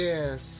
Yes